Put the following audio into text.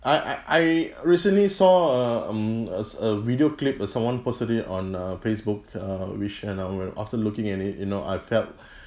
I I I recently saw a mm a s~ a video clip uh someone posted it on uh facebook uh which you know uh after looking at it you know I felt